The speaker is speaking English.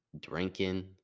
drinking